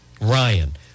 Ryan